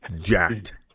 Jacked